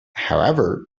however